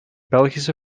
belgische